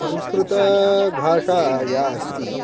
संस्कृतभाषा या अस्ति